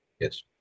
Yes